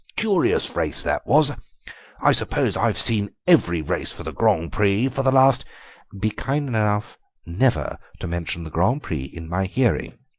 curious race that was i suppose i've seen every race for the grand prix for the last be kind enough never to mention the grand prix in my hearing,